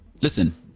Listen